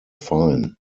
fine